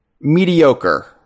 Mediocre